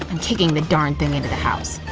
i'm kicking the darn thing into the house.